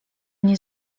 nie